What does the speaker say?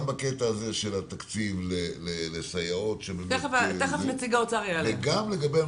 גם בקטע הזה של התקציב לסייעות וגם לגבי מה